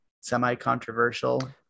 semi-controversial